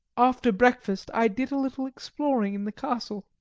after breakfast i did a little exploring in the castle.